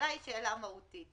השאלה היא שאלה מהותית,